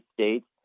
States